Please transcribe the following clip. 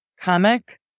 comic